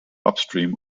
upstream